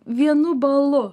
vienu balu